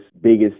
biggest